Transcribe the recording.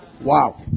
Wow